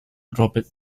robert